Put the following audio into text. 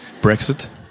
Brexit